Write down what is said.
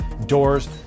doors